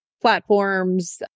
platforms